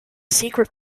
secret